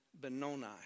Benoni